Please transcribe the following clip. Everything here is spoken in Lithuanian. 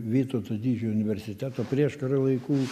vytauto didžiojo universiteto prieškario laikų